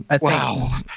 Wow